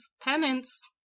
penance